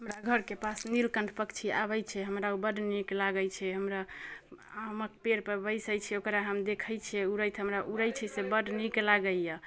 हमरा घरके पास नीलकण्ठ पक्षी आबै छै हमरा ओ बड्ड नीक लागै छै हमरा आमके पेड़पर बैसै छै ओकरा हम देखै छिए उड़ैत हमरा उड़ै छै से बड्ड नीक लागैए